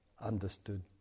understood